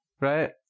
right